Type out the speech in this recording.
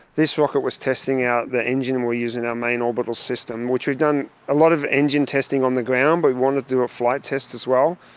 this rocket was testing out the engine we are using in our main orbital system, which we've done a lot of engine testing on the ground but we want to do a flight test as well.